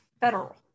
federal